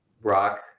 rock